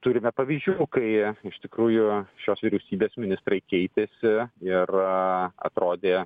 turime pavyzdžių kai iš tikrųjų šios vyriausybės ministrai keitėsi ir atrodė